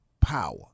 power